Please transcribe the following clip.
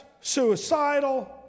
suicidal